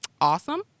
awesome